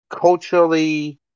culturally